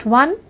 one